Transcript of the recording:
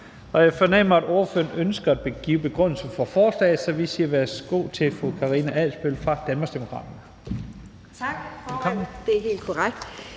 for forslagsstillerne ønsker at give en begrundelse for forslaget, så vi siger værsgo til fru Karina Adsbøl fra Danmarksdemokraterne.